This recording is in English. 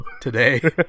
today